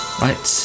right